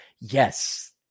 Yes